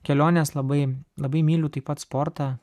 kelionės labai labai myliu taip pat sportą